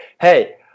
hey